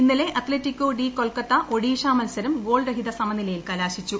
ഇന്നലെ Atletico de Kolkata Odisha മത്സരം goal രഹിത സമനിലയിൽ കലാശിച്ചു